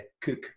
cook